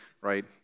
right